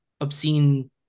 obscene